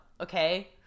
okay